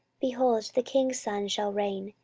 behold, the king's son shall reign,